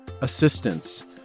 assistance